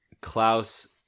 klaus